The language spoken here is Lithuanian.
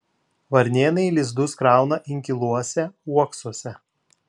varnėnai lizdus krauna inkiluose uoksuose